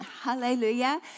Hallelujah